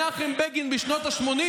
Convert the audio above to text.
בשנות השמונים